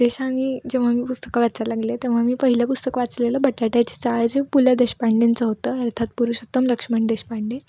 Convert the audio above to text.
उद्देशाने जेव्हा मी पुस्तकं वाचायला लागले तेव्हा मी पहिलं पुस्तक वाचलेलं बटाट्याची चाळ जे पु ल देशपांडेंचं होतं अर्थात पुरुषोत्तम लक्ष्मण देशपांडे